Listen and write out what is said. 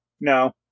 No